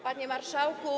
Panie Marszałku!